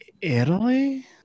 Italy